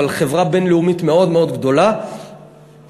אבל חברה בין-לאומית מאוד מאוד גדולה באה,